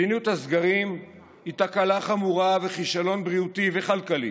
מדיניות הסגרים היא תקלה חמורה וכישלון בריאותי וכלכלי.